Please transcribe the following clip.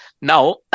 now